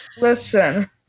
Listen